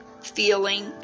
feeling